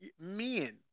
men